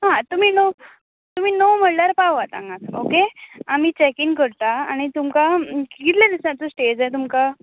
हां तुमी णव तुमी णव म्हणल्यार पावात हांगा ओके आमी चॅकइन करता आनी तुमकां कितले दिसांचो स्टे जाय तुमकां